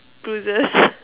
bruises